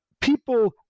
people